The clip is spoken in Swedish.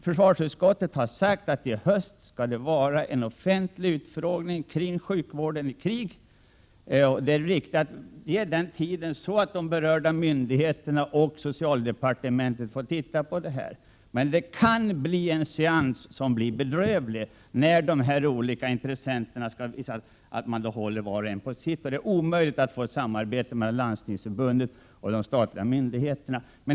Försvarsutskottet har sagt att det i höst skall bli en offentlig utfrågning om sjukvården i krig, och det är riktigt att ge de berörda myndigheterna, organisationerna och socialdepartementet tid att handla före utfrågningen. Det kan likväl bli en bedrövlig seans, när de olika intressenterna kommer att hålla var och en på sitt. Det verkar vara omöjligt att få till stånd ett samarbete mellan Landstingsförbundet och de statliga myndigheterna.